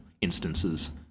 instances